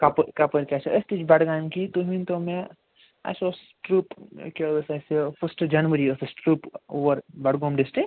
کَپٲرۍ کیٛاہ چھُ أسۍ تہِ چھِ بڈگامکی تُہۍ ؤنۍ تو مےٚ اسہِ اوٗس ٹٕرٛپ کیٛاہ اوٗس اسہِ فٔرسٹہٕ جنؤری اوٗس اسہِ ٹٕرٛپ اوٗر بڈٕگوم ڈِسٹِرٛک